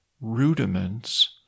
rudiments